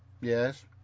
Yes